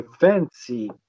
fancy